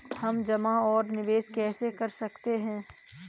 हम जमा और निवेश कैसे कर सकते हैं?